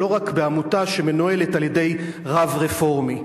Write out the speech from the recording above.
ולא רק בעמותה שמנוהלת על-ידי רב רפורמי.